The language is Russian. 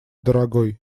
дорогой